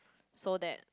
so that